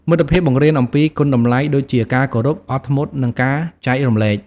មិត្តភាពបង្រៀនអំពីគុណតម្លៃដូចជា ការគោរព អត់ធ្មត់ និងការចែករំលែក។